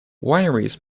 wineries